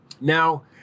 now